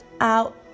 out